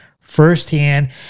firsthand